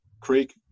creek